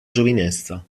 giovinezza